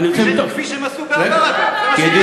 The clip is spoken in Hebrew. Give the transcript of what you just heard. כפי שהם עשו בעבר, אגב.